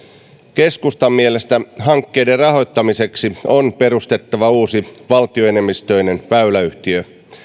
keskustan mielestä hankkeiden rahoittamiseksi on perustettava uusi valtioenemmistöinen väyläyhtiö